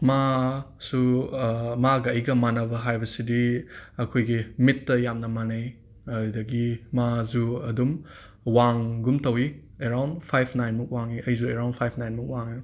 ꯃꯥꯁꯨ ꯃꯥꯒ ꯑꯩꯒ ꯃꯥꯟꯅꯕ ꯍꯥꯏꯕꯁꯤꯗꯤ ꯑꯩꯈꯣꯏꯒꯤ ꯃꯤꯠꯇ ꯌꯥꯝꯅ ꯃꯥꯅꯩ ꯑꯗꯨꯗꯒꯤ ꯃꯥꯁꯨ ꯑꯗꯨꯝ ꯋꯥꯡꯒꯨꯝ ꯇꯧꯋꯤ ꯑꯦꯔꯥꯎꯟ ꯐꯥꯐ ꯅꯥꯏꯟꯃꯨꯛ ꯋꯥꯡꯉꯦ ꯑꯩꯁꯨ ꯑꯦꯔꯥꯎꯟ ꯐꯥꯐ ꯅꯥꯏꯟꯃꯨꯛ ꯋꯥꯡꯉꯦ